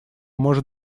может